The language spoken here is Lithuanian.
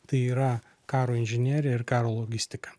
tai yra karo inžinieriai ir karo logistika